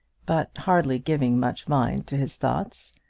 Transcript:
but hardly giving much mind to his thoughts,